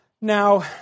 Now